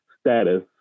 status